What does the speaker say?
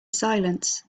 silence